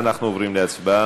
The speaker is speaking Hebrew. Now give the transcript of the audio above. אנחנו עוברים להצבעה.